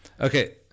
Okay